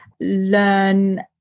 learn